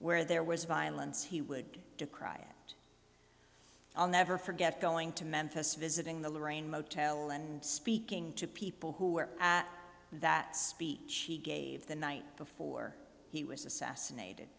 where there was violence he would to cry and i'll never forget going to memphis visiting the lorraine motel and speaking to people who were at that speech he gave the night before he was assassinated